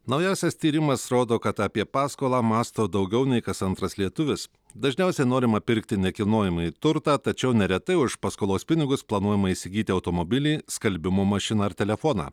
naujausias tyrimas rodo kad apie paskolą mąsto daugiau nei kas antras lietuvis dažniausiai norima pirkti nekilnojamąjį turtą tačiau neretai už paskolos pinigus planuojama įsigyti automobilį skalbimo mašiną ar telefoną